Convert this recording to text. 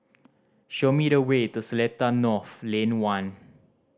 show me the way to Seletar North Lane One